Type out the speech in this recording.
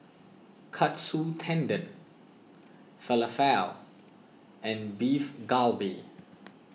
Katsu Tendon Falafel and Beef Galbi